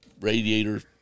radiator